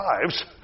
lives